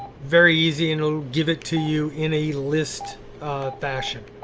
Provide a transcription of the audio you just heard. very easy and it'll give it to you in a list fashion.